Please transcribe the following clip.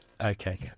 Okay